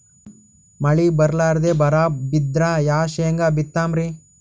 ಮಳಿ ಬರ್ಲಾದೆ ಬರಾ ಬಿದ್ರ ಯಾ ಶೇಂಗಾ ಬಿತ್ತಮ್ರೀ?